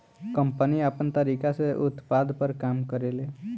company आपन तरीका से उत्पाद पर काम करेले